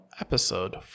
Episode